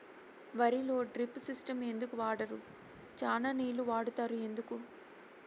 వరిలో drip system ఎందుకు వాడరు? చానా నీళ్లు వాడుతారు ఎందుకు?